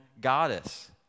goddess